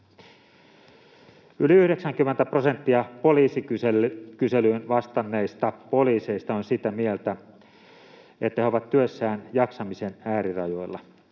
Yli 90 prosenttia poliisikyselyyn vastanneista poliiseista on sitä mieltä, että he ovat työssään jaksamisen äärirajoilla.